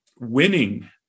winning